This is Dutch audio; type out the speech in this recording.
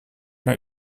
naar